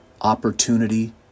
opportunity